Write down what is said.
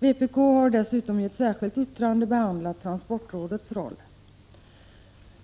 Vpk har dessutom i ett särskilt yttrande behandlat transportrådets roll.